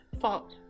Fault